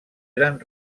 eren